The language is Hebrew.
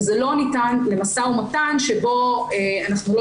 וזה לא ניתן למשא ומתן שבו אנחנו לא